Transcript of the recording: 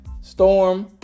Storm